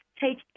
take